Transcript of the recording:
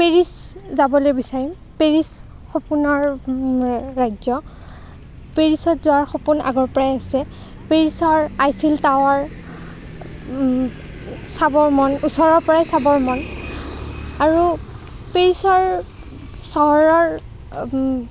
Paris যাবলৈ বিচাৰিম Paris সপোনৰ ৰাজ্য পেৰিছত যোৱাৰ সপোন আগৰপৰাই আছে পেৰিছৰ আইফেল টাৱাৰ চাবৰ মন ওচৰৰ পৰাই চাবৰ মন আৰু পেৰিছৰ চহৰৰ